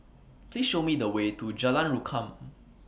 Please Show Me The Way to Jalan Rukam